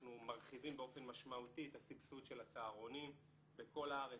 אנחנו מרחיבים באופן משמעותי את הסבסוד של הצהרונים בכל הארץ,